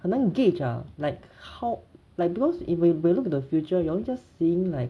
很难 gauge ah like how like those when you look into the future you all just seeing like